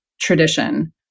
tradition